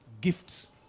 Gifts